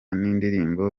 n’indirimbo